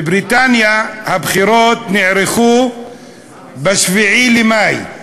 בבריטניה הבחירות נערכו ב-7 במאי,